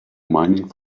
mining